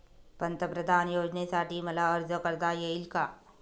पंतप्रधान योजनेसाठी मला अर्ज करता येईल का?